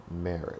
marriage